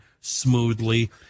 smoothly